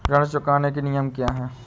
ऋण चुकाने के नियम क्या हैं?